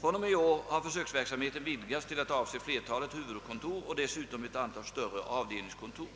fr.o.m. i år har försöksverksamheten vidgats till att avse flertalet huvudkontor och dessutom ett antal större avdelningskontor.